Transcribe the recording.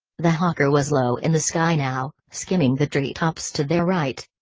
the hawker was low in the sky now, skimming the treetops to their right.